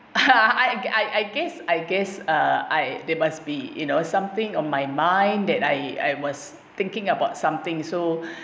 I I guess I guess uh I there must be you know something on my mind that I I was thinking about something so